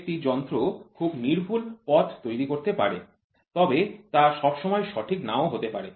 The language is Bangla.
একটি যন্ত্র খুব সূক্ষ্ম পথ তৈরি করতে পারে তবে তা সব সময় সঠিক নাও হতে পারে